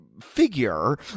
figure